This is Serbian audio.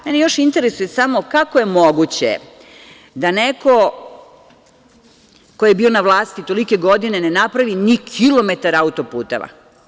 Mene još interesuje kako je moguće da neko ko je bio na vlasti tolike godine ne napravi ni kilometar auto-puteva.